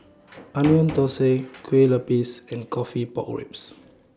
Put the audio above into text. Onion Thosai Kueh Lapis and Coffee Pork Ribs